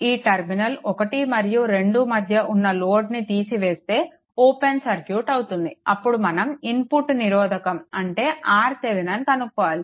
ఈ టర్మినల్ 1 మరియు 2 మధ్య ఉన్న లోడ్ని తీసివేస్తే ఓపెన్ సర్క్యూట్ అవుతుంది అప్పుడు మనం ఇన్పుట్ నిరోధకం అంటే RThevenin కనుక్కోవాలి